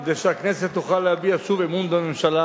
כדי שהכנסת תוכל להביע, שוב, אמון בממשלה.